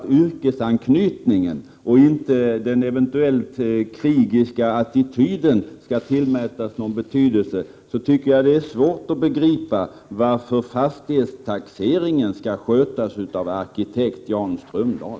Om yrkesanknytningen och inte den eventuellt krigiska attityden skall tillmätas någon betydelse, tycker jag att det är svårt att begripa varför debatten om fastighetstaxeringen skall skötas av arkitekt Jan Strömdahl.